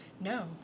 No